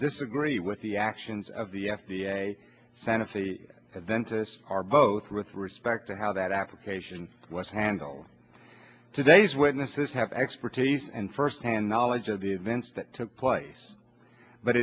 disagree with the actions of the f d a santa fe adventists are both with respect to how that application was handled today's witnesses have expertise and firsthand knowledge of the events that took place but